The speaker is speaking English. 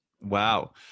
Wow